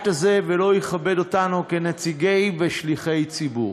הזה ולא יכבד אותנו כנציגי ושליחי ציבור.